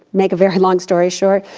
make a very long story short.